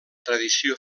tradició